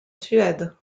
suède